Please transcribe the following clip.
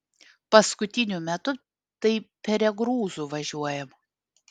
paskutiniu metu tai peregrūzu važiuojam